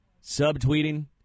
Sub-tweeting